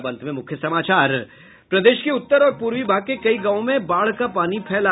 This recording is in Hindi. और अब अंत में मुख्य समाचार प्रदेश के उत्तर और पूर्वी भाग के कई गांवों में बाढ़ का पानी फैला